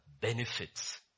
benefits